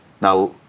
Now